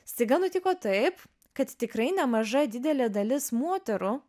staiga nutiko taip kad tikrai nemaža didelė dalis moterų